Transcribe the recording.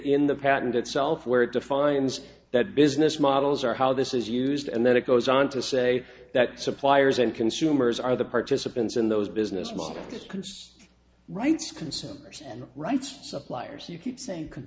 in the patent itself where it defines that business models or how this is used and then it goes on to say that suppliers and consumers are the participants in those business model consists rights consumers and rights suppliers you